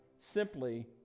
Simply